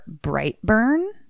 Brightburn